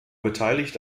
beteiligt